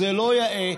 זה לא יאה.